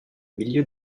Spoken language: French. milieu